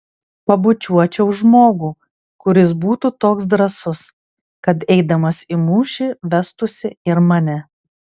pabučiuočiau žmogų kuris būtų toks drąsus kad eidamas į mūšį vestųsi ir mane